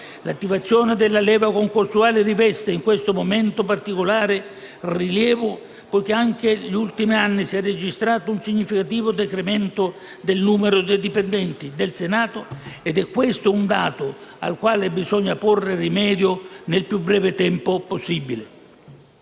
L'attivazione della leva concorsuale riveste in questo momento particolare rilievo, poiché negli ultimi anni si è registrato un significativo decremento del numero dei dipendenti del Senato. Ed è questo un dato al quale bisogna porre rimedio nel più breve tempo possibile.